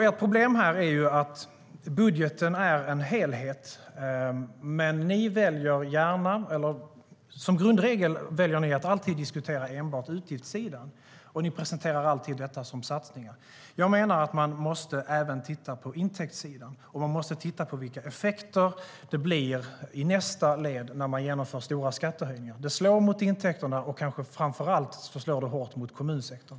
Ert problem här är att budgeten är en helhet, men som grundregel väljer ni att alltid diskutera enbart utgiftssidan, och ni presenterar alltid detta som satsningar. Jag menar att man även måste titta på intäktssidan. Man måste titta på vilka effekter det blir i nästa led när man genomför stora skattehöjningar. Det slår mot intäkterna och framför allt slår det hårt mot kommunsektorn.